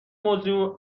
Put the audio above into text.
موضوع